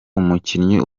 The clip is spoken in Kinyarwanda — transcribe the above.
umukinnyi